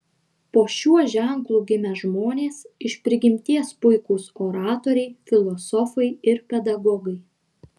po šiuo ženklu gimę žmonės iš prigimties puikūs oratoriai filosofai ir pedagogai